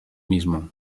mismo